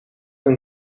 een